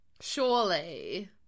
Surely